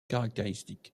caractéristiques